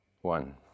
One